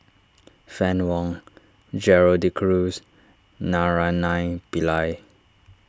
Fann Wong Gerald De Cruz Naraina Pillai